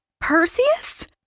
Perseus